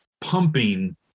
pumping